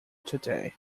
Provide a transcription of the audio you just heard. today